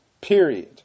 Period